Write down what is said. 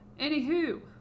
Anywho